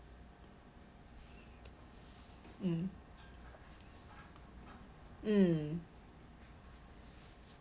mm mm